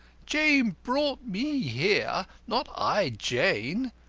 jane brought me here, not i jane.